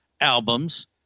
albums